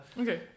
Okay